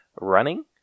running